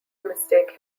mistake